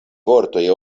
vortoj